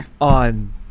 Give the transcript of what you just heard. on